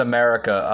America